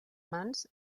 mans